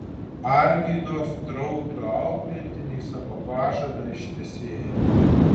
arvydo straupio auklėtiniai savo pažadą ištesėjo